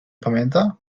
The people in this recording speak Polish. pamięta